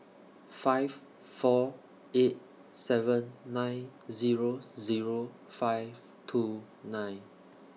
five four eight seven nine Zero Zero five two nine